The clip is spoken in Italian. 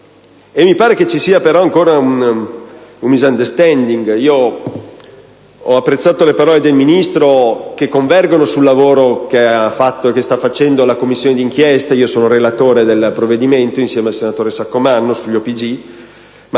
mi pare che ci sia ancora un *misunderstanding*. Ho apprezzato le parole del Ministro che convergono sul lavoro che ha fatto e che sta facendo la Commissione d'inchiesta. Io sono relatore del provvedimento sugli OPG insieme al senatore Saccomanno. Proprio